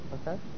Okay